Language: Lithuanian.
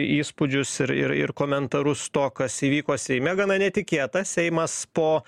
įspūdžius ir ir ir komentarus to kas įvyko seime gana netikėta seimas po